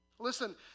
Listen